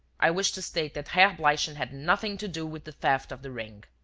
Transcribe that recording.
i wish to state that herr bleichen had nothing to do with the theft of the ring.